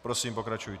Prosím, pokračujte.